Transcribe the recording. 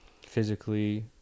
physically